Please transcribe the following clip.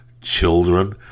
children